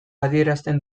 adierazten